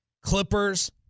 Clippers